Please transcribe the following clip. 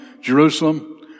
Jerusalem